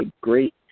great